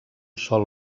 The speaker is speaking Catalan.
sol